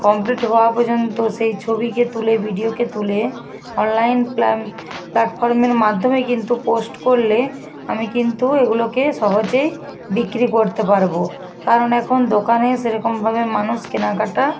complete হওয়া পর্যন্ত সেই ছবিকে তুলে ভিডিওকে তুলে অনলাইন প্ল্যাটফর্মের মাধ্যমে কিন্তু পোস্ট করলে আমি কিন্তু এগুলোকে সহজেই বিক্রি করতে পারবো কারণ এখন দোকানে সেরকমভাবে মানুষ কেনাকাটা